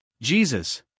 Jesus